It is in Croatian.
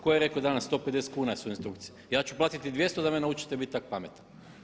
Ko je rekao danas 150 kuna su instrukcije, ja ću platiti i 200 da me naučite biti tako pametan.